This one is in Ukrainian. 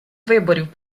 виборів